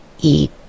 eat